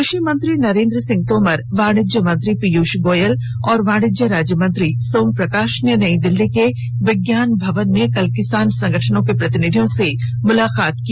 कृषि मंत्री नरेन्द्र सिंह तोमर वाणिज्य मंत्री पीयूष गोयल और वाणिज्य राज्य मंत्री सोम प्रकाश ने नई दिल्ली के विज्ञान भवन में कल किसान संगठनों के प्रतिनिधियों से मुलाकात की